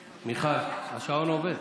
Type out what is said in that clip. מיכל, השעון עובד.